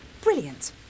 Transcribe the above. Brilliant